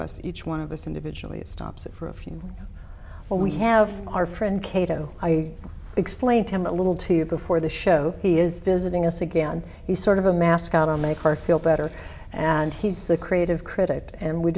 us each one of us individually it stops it for a few but we have our friend kato i explained to him a little too before the show he is visiting us again he's sort of a mascot to make her feel better and he's the creative critic and we